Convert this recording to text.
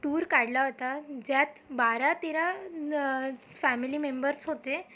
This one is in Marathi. टूर काढला होता ज्यात बारा तेरा फॅमिली मेम्बर्स होते